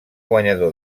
guanyador